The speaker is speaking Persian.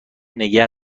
نگه